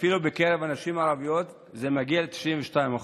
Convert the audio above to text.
אפילו, בקרב הנשים הערביות זה מגיע ל-92%.